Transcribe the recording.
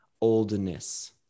oldness